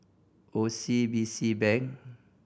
O C B C Bank